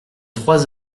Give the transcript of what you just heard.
trois